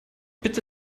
bitte